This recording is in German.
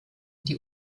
die